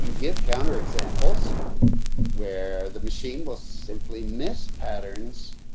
give counter examples where the machine will simply miss patterns.